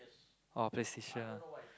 oh PlayStation